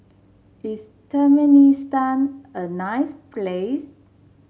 is Turkmenistan a nice place